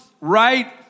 right